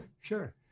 sure